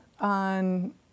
on